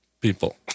people